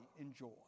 enjoy